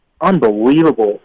unbelievable